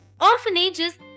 orphanages